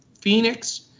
Phoenix